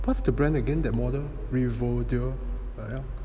what's the brand again that model revo~ duo